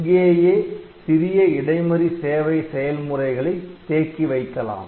அங்கேயே சிறிய இடைமறி சேவை செயல்முறைகளை தேக்கி வைக்கலாம்